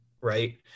right